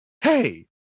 hey